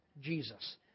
Jesus